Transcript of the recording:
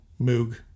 Moog